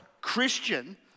Christian